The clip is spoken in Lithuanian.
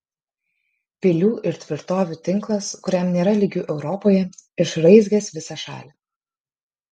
pilių ir tvirtovių tinklas kuriam nėra lygių europoje išraizgęs visą šalį